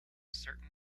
certain